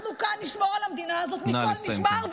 אנחנו כאן נשמור על המדינה הזאת מכל משמר,